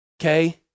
Okay